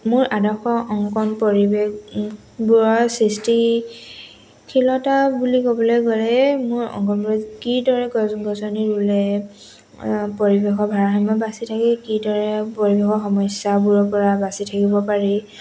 মোৰ আদৰ্শ অংকন পৰিৱেশবোৰৰ সৃষ্টিশীলতা বুলি ক'বলৈ গ'লে মোৰ অংকনবোৰ কিদৰে গছ গছনি ৰুলে পৰিৱেশৰ ভাৰসাম্য বাচি থাকে কিদৰে পৰিৱেশৰ সমস্যাবোৰৰ পৰা বাচি থাকিব পাৰি